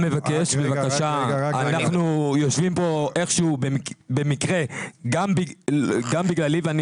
אנחנו יושבים כאן איכשהו במקרה גם בגללי ואני